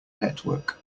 network